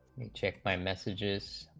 checked by messages